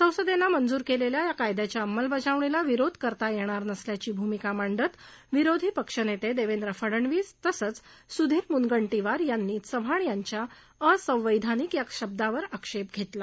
संसदेनं मंजूर केलेल्या या कायद्याच्या अंमलबजावणीला विरोध करता येणार नसल्याची भूमिका मांडत विरोधी पक्षनेते देवेद्र फडणवीस तसंच सुधीर मुनगंटीवार यांनी चव्हाण यांच्या असंवैधानिक या शब्दावर आक्षेप घेतला